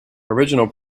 original